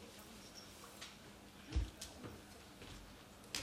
אדוני היושב-ראש, אני